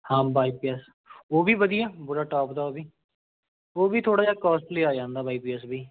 ਹਾਂ Y P S ਉਹ ਵੀ ਵਧੀਆ ਪੂਰਾ ਟੋਪ ਦਾ ਵੀ ਉਹ ਉਹ ਵੀ ਥੋੜ੍ਹਾ ਜਿਹਾ ਕੋਸਟਲੀ ਆ ਜਾਂਦਾ ਵਾਈ ਪੀ ਐੱਸ ਵੀ